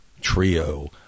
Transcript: Trio